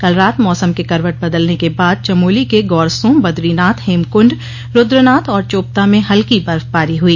कल रात मौसम के करवट बदलने के बाद चमोली के गौरसों बदरीनाथ हेमकुंड रू द्र नाथ और चोपता में हल्की बर्फबारी हुई